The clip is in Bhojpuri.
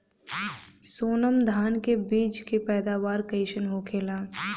सोनम धान के बिज के पैदावार कइसन होखेला?